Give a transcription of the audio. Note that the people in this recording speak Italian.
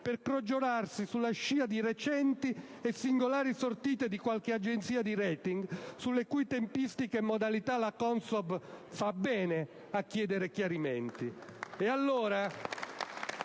per crogiolarsi sulla scia di recenti e singolari sortite di qualche agenzia di *rating* sulle cui tempistiche e modalità la CONSOB fa bene a chiedere chiarimenti.